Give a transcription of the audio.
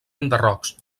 enderrocs